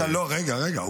רגע, רגע.